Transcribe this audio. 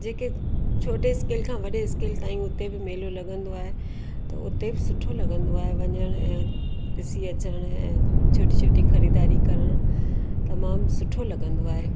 जेके छोटे स्केल खां वॾे स्केल ताईं हुते बि मेलो लॻंदो आहे त हुते बि सुठो लॻंदो आहे वञणु ऐं ॾिसी अचणु ऐं छोटी छोटी ख़रीदारी करणु तमामु सुठो लॻंदो आहे